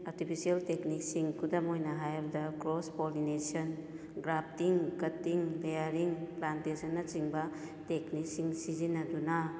artificial ꯇꯦꯛꯅꯤꯛꯁꯤꯡ ꯈꯨꯗꯝ ꯑꯣꯏꯅ ꯍꯥꯏꯔꯕꯗ ꯀ꯭ꯔꯣꯁ ꯄꯣꯂꯤꯅꯦꯁꯟ ꯒ꯭ꯔꯥꯐꯇꯤꯡ ꯀꯠꯇꯤꯡ ꯕꯌꯥꯔꯤꯡ ꯄ꯭ꯂꯥꯟꯇꯦꯁꯟꯅ ꯆꯤꯡꯕ ꯇꯦꯛꯅꯤꯛꯁꯤꯡ ꯁꯤꯖꯤꯟꯅꯗꯨꯅ